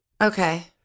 Okay